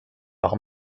par